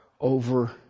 over